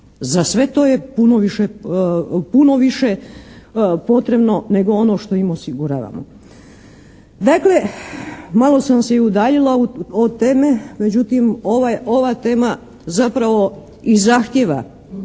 Za sve to je puno više potrebno nego ono što im osiguravamo. Dakle, malo sam se i udaljila od teme, međutim ova tema zapravo i zahtijeva